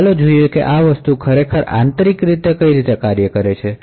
તો ચાલો જોઈએ કે આ વસ્તુઓ આંતરિક રીતે કેવી રીતે ફંકશનકરે છે